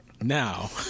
Now